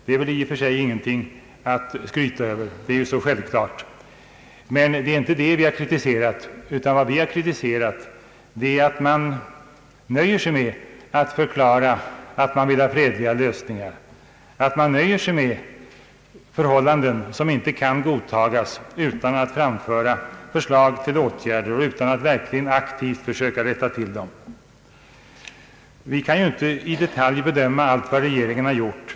Det är i och för sig ingenting att skryta över, det är ju så självklart. Men det är inte det vi har kritiserat, utan det är att man nöjer sig med att förklara att man vill ha fredliga lösningar, att man nöjer sig med förhållanden som inte borde kunna godtagas utan att verkligen aktivt försöka rätta till dem. Vi kan inte i detalj bedöma allt vad regeringen har gjort.